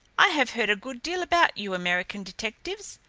i have heard a good deal about you american detectives.